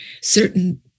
Certain